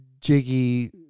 Jiggy